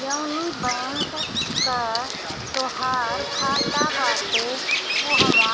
जवनी बैंक कअ तोहार खाता बाटे उहवा